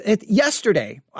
yesterday